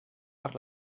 per